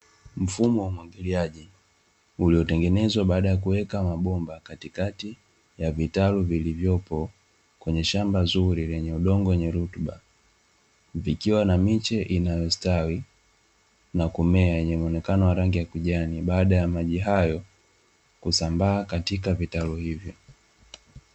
Mfumo wa umwagiliaji ulio wekwa baada yakuweka mabomba vikiwa na miche yakijani inayostawi na kumea yenye muonekano wa rangi ya kijani baada ya maji hayo kusambaa kwenye vitalu hivyo